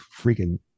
freaking